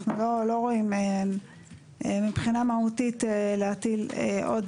אנחנו לא רואים מבחינה מהותית להטיל עוד